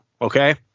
okay